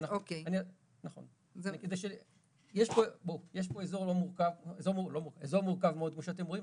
יש פה אזור מורכב מאוד, כמו שאתם רואים.